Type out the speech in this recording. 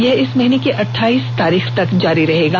यह इस महीने की अठाइस तारीख तक जारी रहेगा